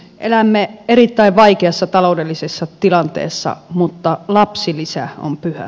elämme erittäin vaikeassa taloudellisessa tilanteessa mutta lapsilisä on pyhä